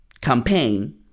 campaign